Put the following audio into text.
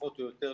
פחות או יותר,